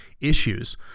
issues